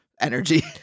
energy